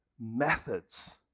methods